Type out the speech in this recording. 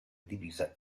divisa